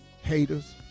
haters